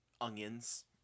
onions